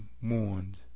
mourned